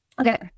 okay